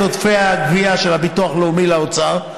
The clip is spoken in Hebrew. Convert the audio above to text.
עודפי הגבייה של הביטוח הלאומי לאוצר,